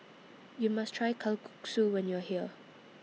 YOU must Try Kalguksu when YOU Are here